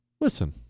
Listen